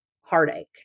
heartache